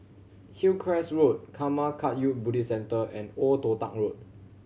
Hillcrest Road Karma Kagyud Buddhist Centre and Old Toh Tuck Road